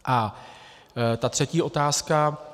A třetí otázka.